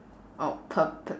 or purpl~